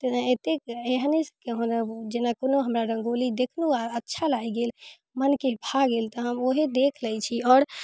तऽ एतेक एहनेके जेना कोनो हमरा रङ्गोली देखलहुँ आओर अच्छा लागि गेल मनके भा गेल तऽ हम ओहे देख लै छी आओर